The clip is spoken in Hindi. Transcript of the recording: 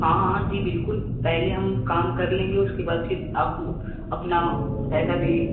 हाँ हाँ जी बिलकुल पहले हम काम कर लेंगे उसके बाद फिर आप अपना पैसा दीजिए